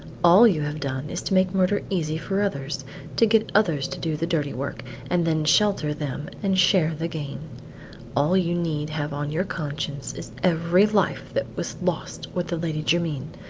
all you have done is to make murder easy for others to get others to do the dirty work and then shelter them and share the gain all you need have on your conscience is every life that was lost with the lady jermyn,